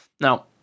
Now